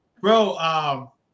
Bro